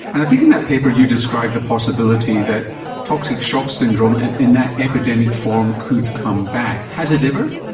and i think in that paper you describe the possibility that toxic shock syndrome and in that epidemic form could come back. back. has it ever?